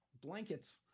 blankets